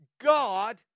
God